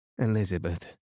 Elizabeth